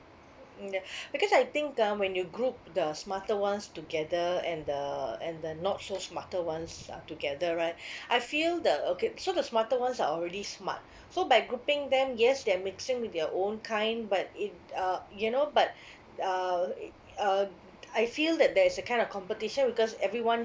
mm yeah because I think ah when you group the smarter ones together and the and the not so smarter ones uh together right I feel the okay so the smarter ones are already smart so by grouping them yes they're mixing with their own kind but if uh you know but uh uh I feel that there is a kind of competition because everyone